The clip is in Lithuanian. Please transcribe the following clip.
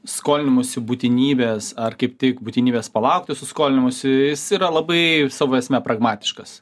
skolinimosi būtinybės ar kaip tik būtinybės palaukti su skolinimasis jis yra labai savo esme pragmatiškas